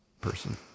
person